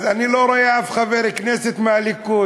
אז אני לא רואה אף חבר כנסת מהליכוד.